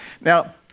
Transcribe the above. Now